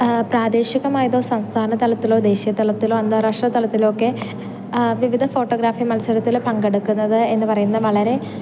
പ്രാദേശികമായതോ സംസ്ഥാന തലത്തിലോ ദേശീയ തലത്തിലോ അന്താരാഷ്ട്ര തലത്തിലൊക്കെ വിവിധ ഫോട്ടോഗ്രാഫി മത്സരത്തിൽ പങ്കെടുക്കുന്നത് എന്നു പറയുന്നത് വളരെ